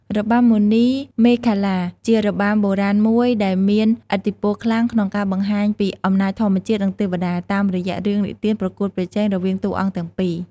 របាំមណីមេខលា ជារបាំបុរាណមួយដែលមានឥទ្ធិពលខ្លាំងក្នុងការបង្ហាញពីអំណាចធម្មជាតិ និងទេវតា តាមរយៈរឿងនិទានប្រកួតប្រជែងរវាងតួអង្គទាំងពីរ។